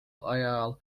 ajal